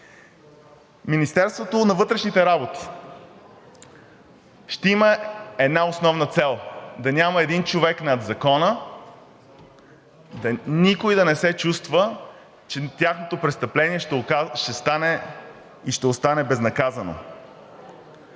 Министерството на вътрешните работи ще има една основна цел – да няма един човек над закона, никой да не се чувства, че престъплението му ще остане безнаказано.